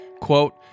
quote